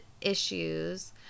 issues